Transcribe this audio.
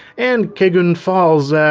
and kegon falls, ah.